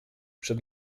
przed